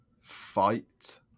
fight